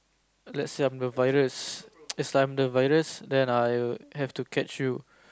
let's say I'm the virus is like I'm the virus then I have to catch you